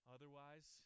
Otherwise